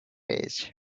age